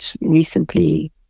recently